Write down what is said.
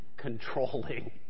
controlling